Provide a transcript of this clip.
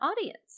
audience